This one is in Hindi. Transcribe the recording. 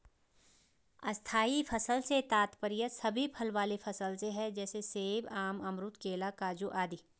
स्थायी फसल से तात्पर्य सभी फल वाले फसल से है जैसे सेब, आम, अमरूद, केला, काजू आदि